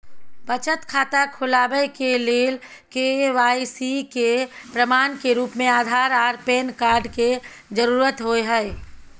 बचत खाता खोलाबय के लेल के.वाइ.सी के प्रमाण के रूप में आधार आर पैन कार्ड के जरुरत होय हय